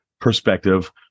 perspective